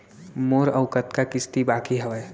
मोर अऊ कतका किसती बाकी हवय?